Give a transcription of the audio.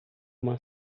uma